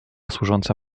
służąca